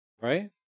Right